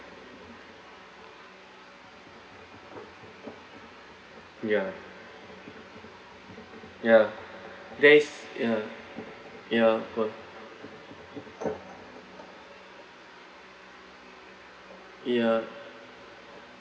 ya ya that's ya ya of course ya